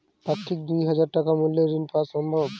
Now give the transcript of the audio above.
পাক্ষিক দুই হাজার টাকা মূল্যের ঋণ পাওয়া সম্ভব?